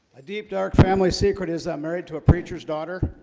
a deep dark family secret is that married to a preacher's daughter?